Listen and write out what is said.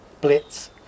Blitz